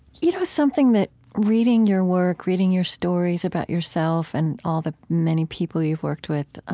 you know something that reading your work, reading your stories about yourself, and all the many people you've worked with